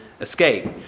escape